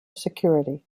security